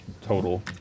total